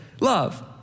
love